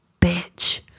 Bitch